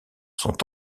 sont